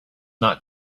not